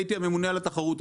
הייתי הממונה על התחרות,